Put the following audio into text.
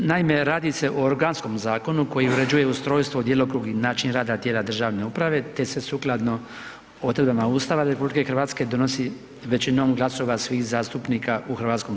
Naime, radi se o organskom zakonu koji uređuje ustrojstvo, djelokrug i način rada tijela državne uprave, te se sukladno odredbama Ustava RH donosi većinom glasova svih zastupnika u HS.